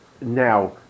now